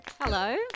Hello